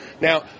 Now